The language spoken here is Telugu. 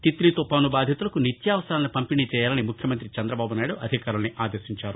తిత్లీ తుపాను బాధితులకు నిత్యావసరాలను పంపిణీచేయాలని ముఖ్యమంతి చందబాబు నాయుడు అధికారులను ఆదేశించారు